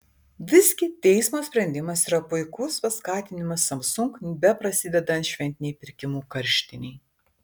visgi teismo sprendimas yra puikus paskatinimas samsung beprasidedant šventinei pirkimų karštinei